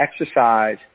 exercise